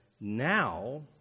now